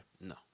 No